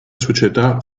società